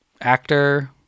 actor